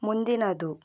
ಮುಂದಿನದು